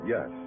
Yes